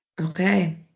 Okay